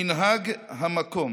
מנהג המקום